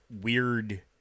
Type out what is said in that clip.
weird